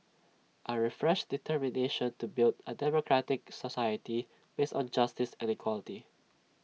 A refreshed determination to build A democratic society based on justice and equality